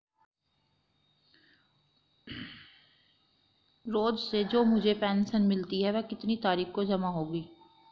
रोज़ से जो मुझे पेंशन मिलती है वह कितनी तारीख को जमा होगी?